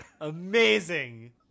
Amazing